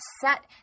set